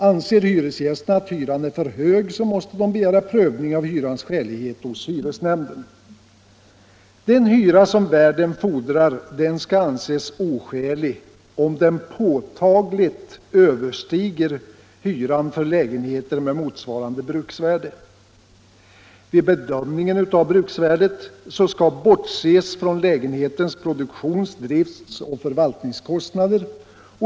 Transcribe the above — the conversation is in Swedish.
Anser hyresgästerna att hyran är för hög måste de begära prövning av hyrans skälighet hos hyresnämnden. Den hyra värden fordrar skall anses oskälig om den påtagligt överstiger hyran för lägenheter med motsvarande bruksvärde. Vid bedömningen av bruksvärdet skall bortses från lägenhetens produktions-, driftsoch förvaltningskostnader.